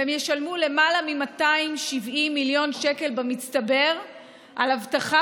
והם ישלמו למעלה מ-270 מיליון שקל במצטבר על אבטחה